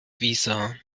visa